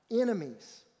enemies